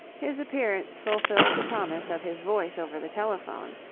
his appearance fulfilled the promise of his voice over the telephone.